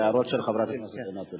להערות של חברת הכנסת עינת וילף.